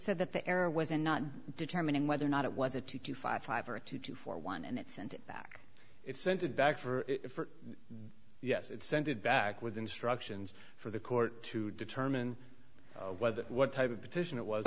said that the error was in not determining whether or not it was a two to five five or to two for one and it sent back it sent it back for yes it sent it back with instructions for the court to determine whether what type of petition it was